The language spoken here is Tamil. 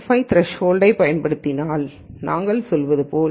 5 என்ற த்ரெஸ்கொல்ட்டைப் பயன்படுத்தினால் நாங்கள் சொல்லப்போவது 0